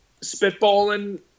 spitballing